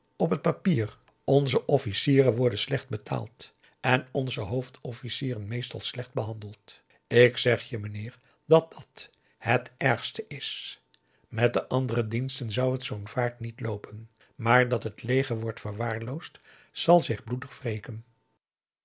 op het papier onze officieren worden slecht betaald en onze hoofdofficieren meestal slecht behandeld ik zeg je meneer dat dàt het ergste is met de andere diensten zou het zoo'n vaart niet loopen maar dat het leger wordt verwaarloosd zal zich bloedig wreken